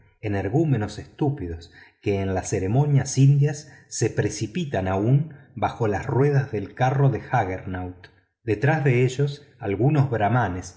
energúmenos estúpidos que en las ceremonias se precipitaban aún bajo las ruedas del carro de jaggernaut detrás de ellos algunos brahmanes